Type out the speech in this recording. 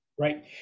Right